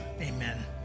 amen